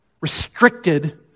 restricted